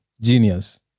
genius